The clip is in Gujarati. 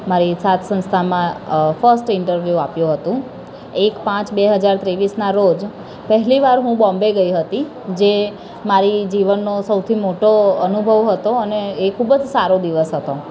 મારી સાથ સંસ્થામાં ફર્સ્ટ ઈન્ટરવ્યૂ આપ્યું હતું એક પાંચ બે હજાર ત્રેવીસના રોજ પહેલીવાર હું બોમ્બે ગઈ હતી જે મારા જીવનનો સૌથી મોટો અનુભવ હતો અને એ ખૂબ જ સારો દિવસ હતો